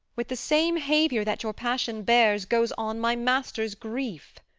with the same haviour that your passion bears, goes on my master's grief.